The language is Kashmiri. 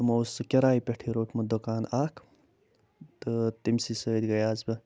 تِمو اوس سُہ کِراے پٮ۪ٹھٕے روٚٹمُت دُکان اکھ تہٕ تٔمۍ سۭتۍ گٔیوس بہٕ